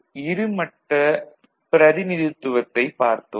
முன்பு இரு மட்ட பிரதிநிதித்துவத்தைப் பார்த்தோம்